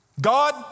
God